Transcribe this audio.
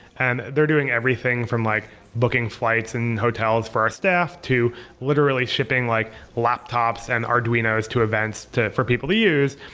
and they're doing everything from like booking flights and hotels for our staff, to literally shipping like laptops and arduinos to events for people to use.